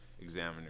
examiner